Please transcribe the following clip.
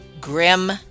grim